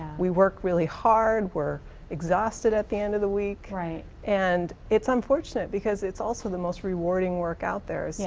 we work really hard, we're exhausted at the end of the week. and it's unfortunate because it's also the most rewarding work out there. yeah